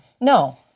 No